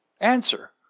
answer